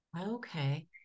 Okay